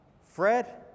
Fred